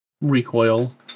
recoil